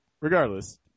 regardless